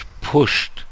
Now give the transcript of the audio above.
pushed